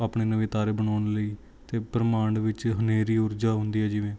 ਆਪਣੇ ਨਵੇਂ ਤਾਰੇ ਬਣਾਉਣ ਲਈ ਅਤੇ ਬ੍ਰਹਿਮੰਡ ਵਿੱਚ ਹਨੇਰੀ ਊਰਜਾ ਹੁੰਦੀ ਹੈ ਜਿਵੇਂ